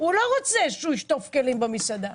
הוא לא רוצה שהוא ישטוף כלים במסעדה.